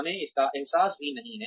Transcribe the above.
हमें इसका एहसास भी नहीं है